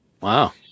Wow